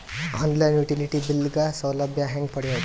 On line utility bill ಗ ಸೌಲಭ್ಯ ಹೇಂಗ ಪಡೆಯೋದು?